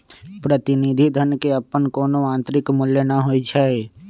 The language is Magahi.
प्रतिनिधि धन के अप्पन कोनो आंतरिक मूल्य न होई छई